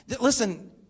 Listen